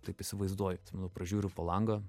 taip įsivaizduoju atsimenu pražiūriu po langą